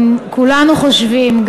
כולנו חושבים,